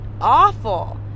awful